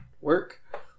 work